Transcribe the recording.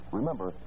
Remember